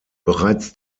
bereits